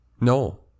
No